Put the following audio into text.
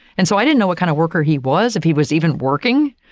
and so, i didn't know what kind of worker he was if he was even working,